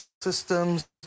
systems